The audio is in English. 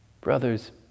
brothers